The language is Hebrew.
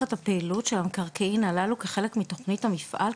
נמשכת הפעילות של המקרקעין הללו כחלק מתכנית המפעל,